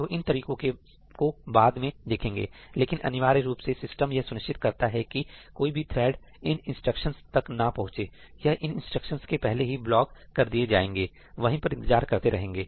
तो उन तरीकों को बाद में देखेंगे लेकिन अनिवार्य रूप से सिस्टम यह सुनिश्चित करता है कि कोई भी थ्रेडइन इंस्ट्रक्शंस तक ना पहुंचे यह इन इंस्ट्रक्शंस के पहले ही ब्लॉक कर दिए जाएंगे वही पर इंतजार करते करेंगे